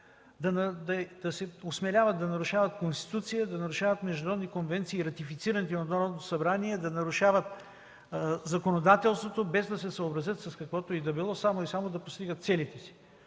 да се осмеляват да нарушават Конституцията, да нарушават международни конвенции, ратифицирани от Народното събрание, да нарушават законодателството, без да се съобразят с каквото и да било, само и само да постигат целите си.